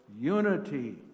unity